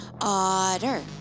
Otter